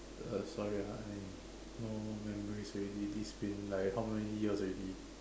uh sorry I no memories already this been like how many years already